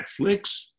Netflix